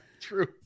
true